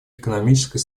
экономической